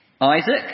Isaac